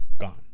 gone